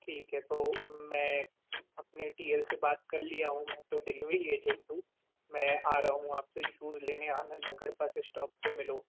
ठीक है तो मैं अपने टी एल से बात कर लिया हूँ मैं तो डिलीवरी एजेंट हूँ मैं आ रहा हूँ आपसे शूज़ लेने आनंद नगर बस इस्टॉप पर मिलो